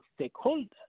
stakeholders